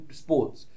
sports